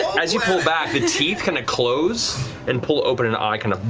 as you pull back, the teeth kind of close and pull open and an eye kind of